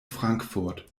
frankfurt